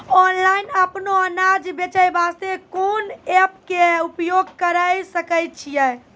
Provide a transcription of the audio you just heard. Online अपनो अनाज बेचे वास्ते कोंन एप्प के उपयोग करें सकय छियै?